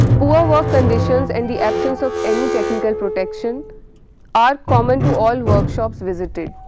poor work conditions and the absence of any technical protection are common to all workshops visited.